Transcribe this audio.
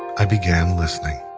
i began listening.